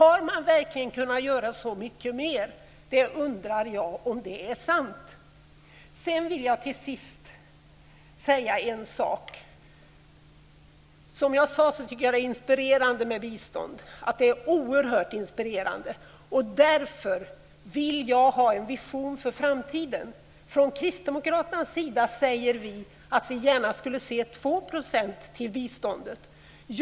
Har man verkligen kunnat göra så mycket mer? Jag undrar om det är sant. Till sist vill jag säga en sak. Som jag sade är det oerhört inspirerande med bistånd. Därför vill jag ha en vision för framtiden. Från Kristdemokraternas sida säger vi att vi gärna skulle vilja se 2 % till biståndet.